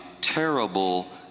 terrible